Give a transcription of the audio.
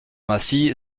massy